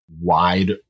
wide